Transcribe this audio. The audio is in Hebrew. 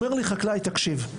אומר לי חקלאי: תקשיב,